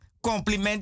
Compliment